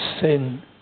sin